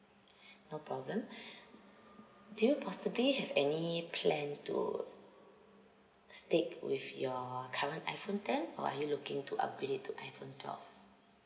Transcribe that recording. no problem do you possibly have any plan to stick with your current iphone ten or are you looking to upgrade it to iphone twelve